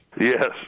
Yes